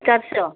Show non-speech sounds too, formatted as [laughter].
[unintelligible]